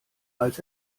als